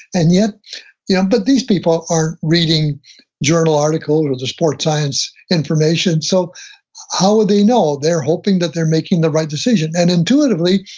and yeah but these people aren't reading journal articles or the sports science information, so how would they know? they're hoping that they're making the right decision. and intuitively,